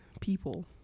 people